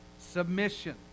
submission